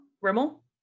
Rimmel